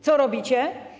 Co robicie?